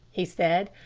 he said.